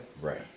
Right